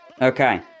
Okay